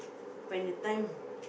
when the time